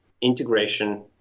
integration